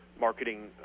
marketing